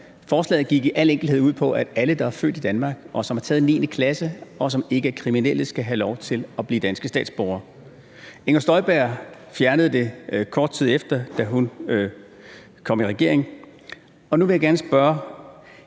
Forslaget gik i al sin enkelthed ud på, at alle, der er født i Danmark, og som har taget 9. klasse, og som ikke er kriminelle, skal have lov til at blive danske statsborgere. Inger Støjberg fjernede ordningen, kort tid efter hun kom i regering. Jeg er klar